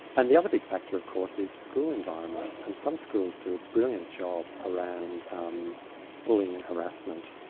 and the other big factor of course is school environments and some schools do a brilliant job around um bullying and harassment.